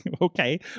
Okay